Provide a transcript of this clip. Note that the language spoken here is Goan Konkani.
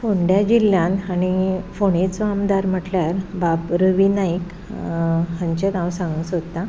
फोंड्या जिल्ल्यान आनी फोणेचो आमदार म्हटल्यार बाब रवी नायक हांचें नांव सांगूंक सोदतां